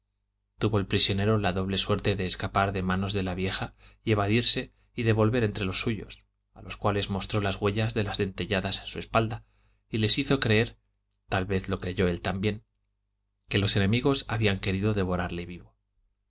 tuvo el prisionero la doble suerte de escapar de manos de la vieja y evadirse y de volver entre los suyos a los cuales mostró las huellas de las dentelladas en su espalda y les hizo creer tal vez lo creyó él también que los enemigos habían querido devorarle vivo